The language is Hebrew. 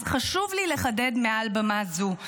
אז חשוב לי לחדד מעל במה זו: